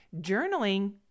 Journaling